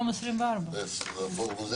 יש לנו את פורום 24. הפורום הזה?